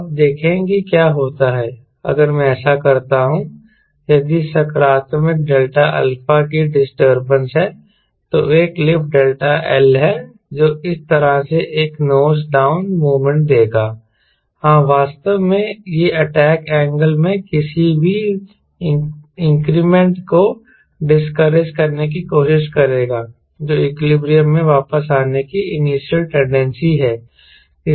अब देखें कि क्या होता है अगर मैं ऐसा करता हूं यदि सकारात्मक ∆α की डिस्टरबेंस है तो एक लिफ्ट ∆L है जो इस तरह से एक नोज डाउन मोमेंट देगा हां वास्तव में यह अटैक एंगल में किसी भी इंक्रीमेंट को डिसकरेज करने की कोशिश करेगा जो इक्विलिब्रियम में वापस आने की इनिशियल टेंडेंसी है